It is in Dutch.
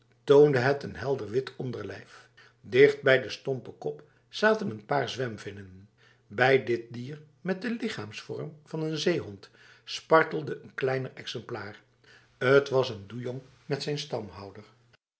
toonde het een helder wit onderlijf dichtbij de stompe kop zaten een paar zwemvinnen bij dit dier met de lichaamsvorm van een zeehond spartelde een kleiner exemplaar het was een doejong met zijn stamhouder